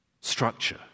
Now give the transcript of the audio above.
structure